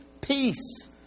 peace